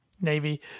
Navy